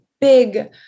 big